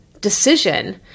decision